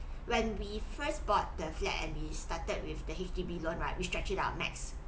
when we first bought the flat and we started with the H_D_B loan right we stretched it out max